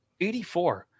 84